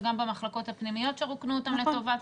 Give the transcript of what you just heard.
זה גם במחלקות הפנימיות שרוקנו אותן לטובת.